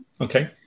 Okay